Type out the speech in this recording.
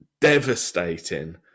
devastating